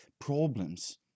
problems